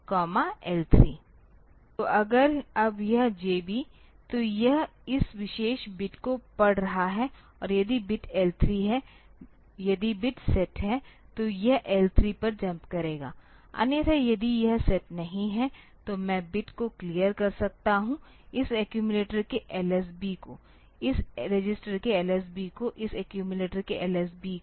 तो अगर अब यह JB तो यह इस विशेष बिट को पढ़ रहा है और यदि बिट L3 है यदि बिट सेट है तो यह L3 पर जम्प करेगा अन्यथा यदि यह सेट नहीं है तो मैं बिट को क्लियर कर सकता हूं इस एक्यूमिलेटर के LSB को इस रजिस्टर के LSB को इस एक्यूमिलेटर के LSB को